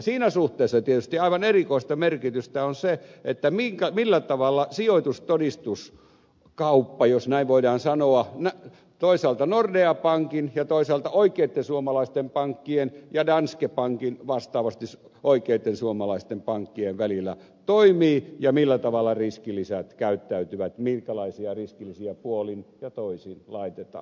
siinä suhteessa tietysti aivan erikoista merkitystä on sillä millä tavalla sijoitustodistuskauppa jos näin voidaan sanoa toisaalta nordea pankin ja toisaalta oikeitten suomalaisten pankkien välillä sekä danske bankin ja vastaavasti oikeitten suomalaisten pankkien välillä toimii millä tavalla riskilisät käyttäytyvät minkälaisia riskilisiä puolin ja toisin laitetaan